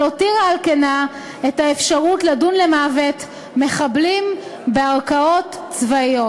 אבל הותירה על כנה את האפשרות לדון למוות מחבלים בערכאות צבאיות.